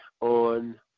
on